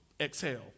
Exhale